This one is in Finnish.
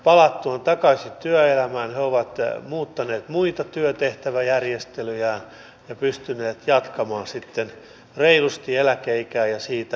palattuaan takaisin työelämään he ovat muuttaneet muita työtehtäväjärjestelyjään ja pystyneet jatkamaan sitten reilusti eläkeikään ja siitä ylöspäinkin